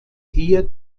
hier